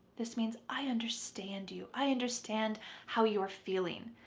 this means i understand you. i understand how you're feeling.